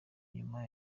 nyuma